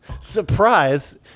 surprise